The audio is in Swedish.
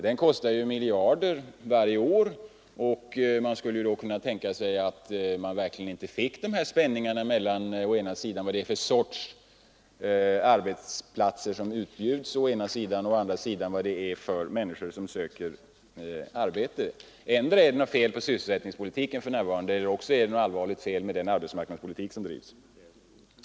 Den kostar ju miljarder varje år, och då skulle man kunna fordra att vi inte fick dessa ökade spänningar mellan å ena sidan vad det är för sorts arbeten som utbjuds och å andra sidan vad det är för människor som söker arbete. Endera är det fel på sysselsättningspolitiken eller också är det något allvarligt fel med den arbetsmarknadspolitik som bedrivs.